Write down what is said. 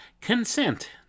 consent